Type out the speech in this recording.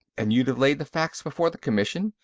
and you'd have laid the facts before the commission,